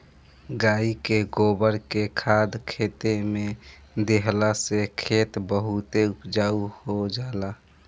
गाई के गोबर के खाद खेते में देहला से खेत बहुते उपजाऊ हो जाला